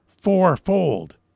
fourfold